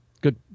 good